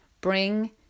Bring